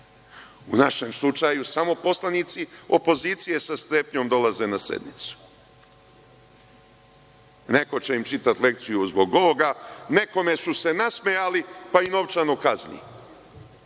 U našem slučaju samo poslanici opozicije sa strepnjom dolaze na sednicu. Neko će im čitati lekciju zbog ovoga, nekome su se nasmejali, pa ih novčano kazni,